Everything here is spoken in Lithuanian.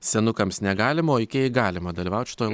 senukams negalima o ikėjai galima dalyvaut šitoj